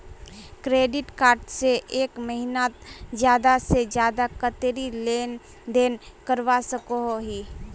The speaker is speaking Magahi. क्रेडिट कार्ड से एक महीनात ज्यादा से ज्यादा कतेरी लेन देन करवा सकोहो ही?